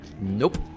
nope